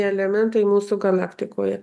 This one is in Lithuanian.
elementai mūsų galaktikoje